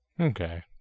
Okay